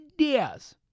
ideas